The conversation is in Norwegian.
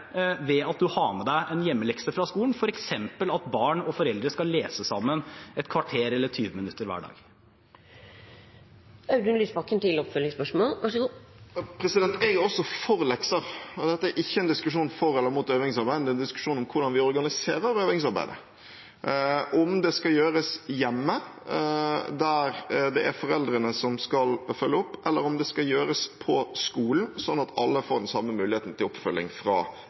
ved at man har med seg en hjemmelekse fra skolen, f.eks. at barn og foreldre skal lese sammen et kvarter eller 20 minutter hver dag. Også jeg er for lekser. Dette er ikke en diskusjon om for eller mot øvingsarbeid, det er en diskusjon om hvordan vi organiserer øvingsarbeidet – om det skal gjøres hjemme, der det er foreldrene som skal følge opp, eller om det skal gjøres på skolen, slik at alle får den samme muligheten til oppfølging fra